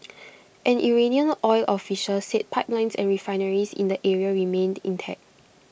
an Iranian oil official said pipelines and refineries in the area remained intact